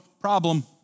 problem